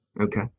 Okay